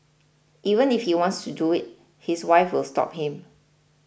even if he wants to do it his wife will stop him